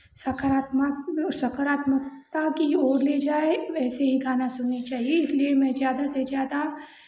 सकारात्मक सकारात्मकता की ओर ले जाए वैसे ही गाना सुनने चाहिए इसलिए मैं ज़्यादा से ज़्यादा